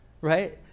right